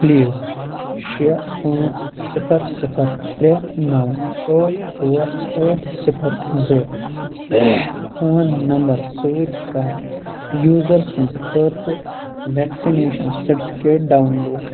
please شےٚ پانٛژھ صِفر صِفر ترٛےٚ نو ٲٹھ ژور ٲٹھ صِفر زٕ فون نمبر سۭتۍ کَر یوٗزر سُنٛد خٲطرٕ ویکسِنیٚشن سٹِفِکیٹ ڈاوُن لوٗڈ